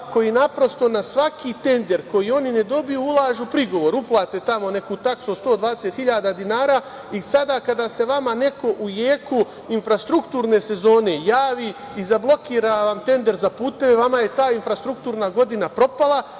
koji naprosto na svaki tender koji oni ne dobiju ulažu prigovor, uplate neku taksu od 120 hiljada dinara i sada kada se vama neko u jeku infrastrukturne sezone javi i zablokira vam tender za puteve, vama je ta infrastrukturna godina propala.